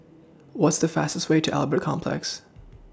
What's The fastest Way to Albert Complex